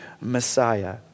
Messiah